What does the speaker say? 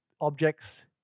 objects